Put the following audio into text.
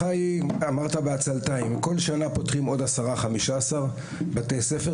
אמרת "בעצלתיים" כל שנה פותחים עוד 15-10 בתי ספר,